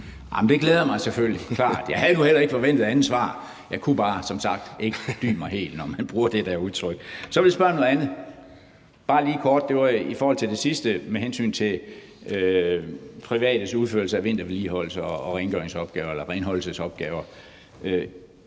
(EL): Det glæder mig selvfølgelig helt klart. Jeg havde nu heller ikke forventet andet svar. Jeg kunne bare som sagt ikke dy mig helt, når man bruger det der udtryk. Så vil jeg spørge om noget andet. Det er bare lige kort, og det er i forhold til det sidste med hensyn til privates udførelse af vintervedligeholdelses- og renholdelsesopgaver.